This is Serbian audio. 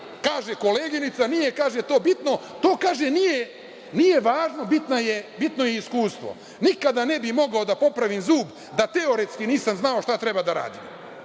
kaže koleginica - nije to važno, bitno je iskustvo. Nikada ne bih mogao da popravim zub da teoretski nisam znao šta treba da radim.